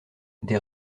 des